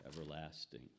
everlasting